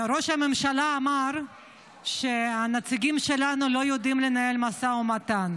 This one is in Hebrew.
ראש הממשלה אמר שהנציגים שלנו לא יודעים לנהל משא ומתן.